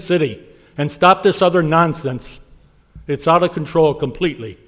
city and stop this other nonsense it's out of control completely